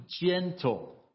gentle